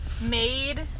made